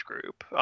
group